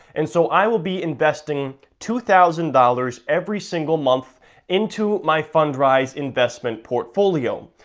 and so, i will be investing two thousand dollars every single month into my fundrise investment portfolio.